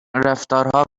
رفتارها